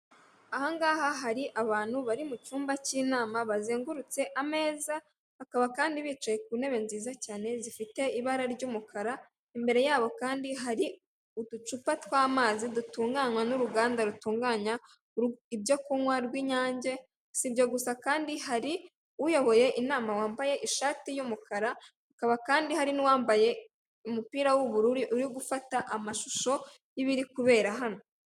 Ahangaha hari abantu bari mu cyumba cy'inama bazengurutse ameza bakaba kandi bicaye ku ntebe nziza cyane zifite ibara ry'umukara, imbere yabo kandi hari uducupa tw'amazi dutunganywa n'uruganda rutunganya ibyo kunywa rw'inyange, sibyo gusa kandi hari uyoboye inama wambaye ishati y'umukara hakaba kandi hari n'uwambaye umupira w'ubururu uri gufata amashusho y'ibiri kubera hano.